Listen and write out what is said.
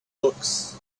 books